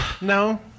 No